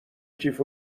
کیف